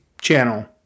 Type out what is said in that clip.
channel